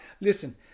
Listen